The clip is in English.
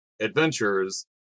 adventures